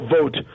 vote